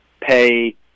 pay